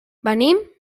venim